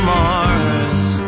Mars